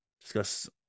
discuss